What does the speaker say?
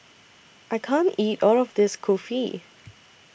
I can't eat All of This Kulfi